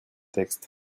texte